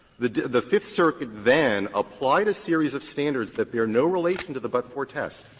the the fifth circuit then applied a series of standards that bear no relation to the but-for test.